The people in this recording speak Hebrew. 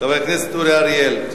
חבר הכנסת אורי אריאל.